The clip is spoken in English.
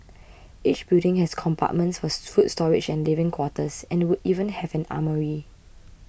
each building has compartments for food storage and living quarters and would even have an armoury